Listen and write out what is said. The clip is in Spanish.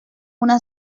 una